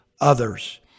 others